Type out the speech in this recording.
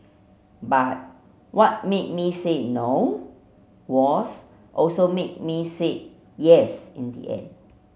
but what made me say No was also what made me say Yes in the end